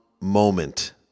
moment